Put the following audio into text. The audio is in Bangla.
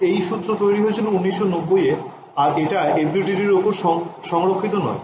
এই সূত্র তৈরি হয়েছিল ১৯৯০ এ আর এটা FDTD এর ওপর সংরক্ষিত নয়